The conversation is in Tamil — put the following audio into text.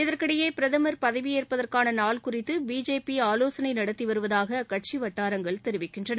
இதற்கிடையே பிரதமர் பதவியேற்பதற்கான நாள் குறித்து பிஜேபி ஆலோசனை நடத்தி வருவதாக அக்கட்சி வட்டாரங்கள் தெரிவிக்கின்றன